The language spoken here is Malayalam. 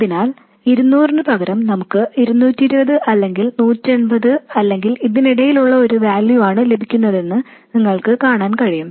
അതിനാൽ ഇരുനൂറിനുപകരം നമുക്ക് 220 അല്ലെങ്കിൽ 180 അല്ലെങ്കിൽ ഇതിനിടയിലുള്ള ഒരു വാല്യൂ ആണ് ലഭിക്കുന്നതെന്ന് നിങ്ങൾക്ക് കാണാൻ കഴിയും